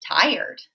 tired